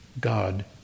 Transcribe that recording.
God